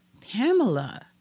Pamela